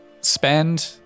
spend